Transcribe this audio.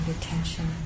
attention